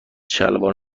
شلوار